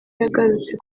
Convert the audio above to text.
yagarutse